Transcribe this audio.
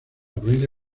provincia